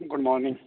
good morning